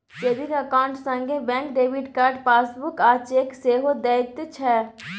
saving account संगे bank debit card, passbook आ cheque सेहो दैत छै